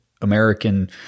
American